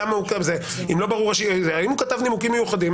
אם הוא כתב נימוקים מיוחדים,